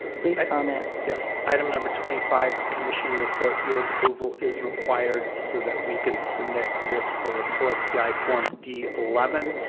please comment. best yes item number twenty five the commissioning report your approval is required so that we can submit this for os pi form d eleven.